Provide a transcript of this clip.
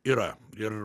yra ir